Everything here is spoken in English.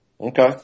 Okay